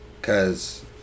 cause